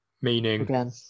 meaning